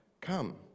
come